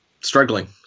struggling